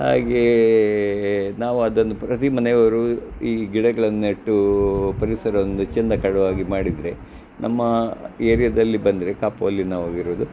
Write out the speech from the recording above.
ಹಾಗೆಯೇ ನಾವು ಅದನ್ನು ಪ್ರತಿ ಮನೆಯವರು ಈ ಗಿಡಗಳನ್ನ ನೆಟ್ಟು ಪರಿಸರ ಒಂದು ಚೆಂದ ಕಾಣುವ ಹಾಗೆ ಮಾಡಿದರೆ ನಮ್ಮ ಏರಿಯಾದಲ್ಲಿ ಬಂದರೆ ಕಾಪು ಅಲ್ಲಿ ನಾವು ಇರೋದು